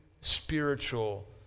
spiritual